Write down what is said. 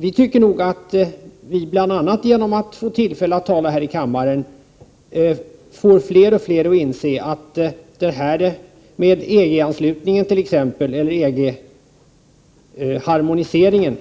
Vi tycker att vi bl.a. genom att vi har tillfälle att tala här i kammaren får fler och fler att inse att t.ex. EG-harmoniseringen